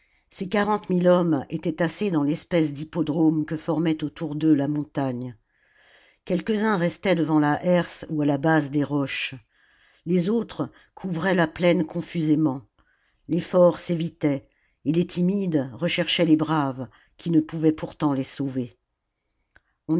ces quarante mille hommes étaient tassés dans l'espèce d'hippodrome que formait autour d'eux la montagne quelques-uns restaient devant la herse ou à la base des roches les autres couvraient la plaine confusément les forts s'évitaient et les timides recherchaient les braves qui ne pouvaient pourtant les sauver